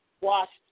washed